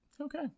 okay